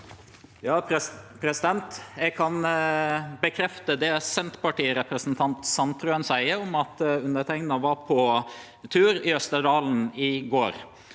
komite- en): Eg kan bekrefte det Senterparti-representanten Sandtrøen seier om at underteikna var på tur i Østerdalen i går.